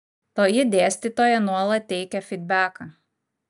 toji dėstytoja nuolat teikia fydbeką